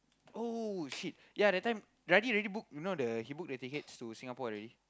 oh shit ya that time already book you know the he book the tickets to Singapore already